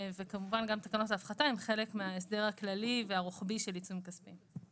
כמובן גם תקנות ההפחתה הן חלק מההסדר הכללי והרוחבי של עיצום כספי.